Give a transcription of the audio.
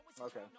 Okay